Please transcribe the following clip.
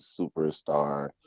superstar